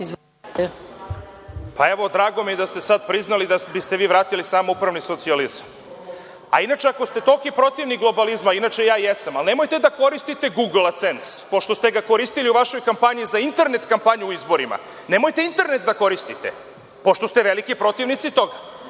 Drago mi je da ste vi sada priznali da biste vi vratili samoupravni socijalizam. Inače, ako ste toliki protivnik globalizma, inače ja jesam, ali nemojte da koristite Google Adsense, pošto ste ga koristili u vašoj kampanji za internet kampanju u izborima. Nemojte internet da koristite, pošto ste veliki protivnici toga.